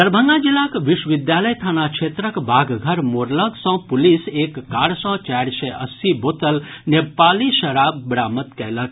दरभंगा जिलाक विश्वविद्यालय थाना क्षेत्रक बाघघर मोड़ लग सऽ पुलिस एक कार सँ चारि सय अस्सी बोतल नेपाली शराब बरामद कयलक